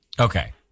Okay